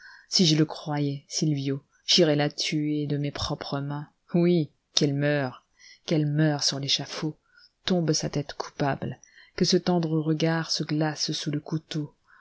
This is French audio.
si je le croyais sylvio j'irais la tuer de mes propres mains oui qu'elle meure qu'elle meure sur l'échafaud tombe sa tête coupable que ce tendre regard se glace sous le couteau